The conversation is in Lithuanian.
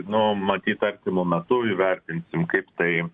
nu matyt artimu metu įvertinsim kaip tai